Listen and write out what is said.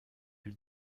elle